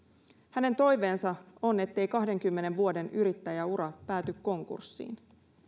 hänen toiveensa on ettei kahdenkymmenen vuoden yrittäjäura pääty konkurssiin